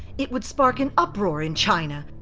it would spark an uproar in china,